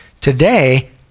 Today